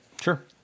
Sure